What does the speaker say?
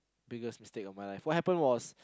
biggest mistake of my friend what happen was